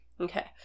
Okay